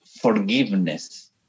forgiveness